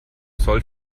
soll